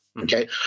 okay